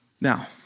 Now